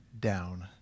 down